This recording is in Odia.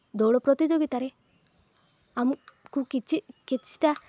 ଦୌଡ଼ ପ୍ରତିଯୋଗିତାରେ ଆମକୁ କିଛି କିଛିଟା